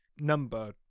number